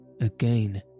Again